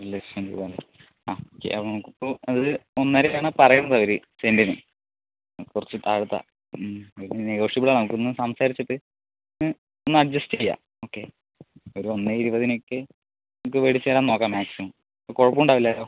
ഒര് ലക്ഷം രൂപ വേണം ആ ചെയ്യാം നമുക്ക് ഇപ്പം അത് ഒന്നരയാണ് പറയണത് അവര് സെൻറ്റിന് കുറച്ച് താഴത്ത ഇത് നെഗോഷ്യബിളാ നമുക്കൊന്ന് സംസാരിച്ചിട്ട് ഒന്ന് അഡ്ജസ്റ്റ് ചെയ്യാം ഓക്കെ ഒര് ഒന്നേ ഇരുപതിന് ഒക്കെ ഇത് മേടിച്ച് തരാൻ നോക്കാം മാക്സിമം കുഴപ്പം ഉണ്ടാവില്ലാല്ലൊ